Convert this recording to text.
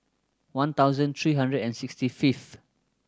one thousand three hundred and sixty fifth